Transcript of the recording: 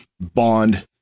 bond